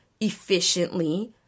efficiently